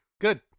Good